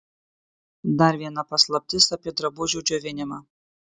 dar viena paslaptis apie drabužių džiovinimą